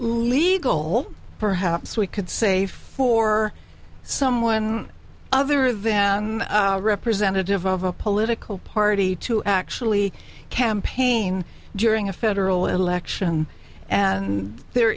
legal perhaps we could say for someone other than representative of a political party to actually campaign during a federal election and there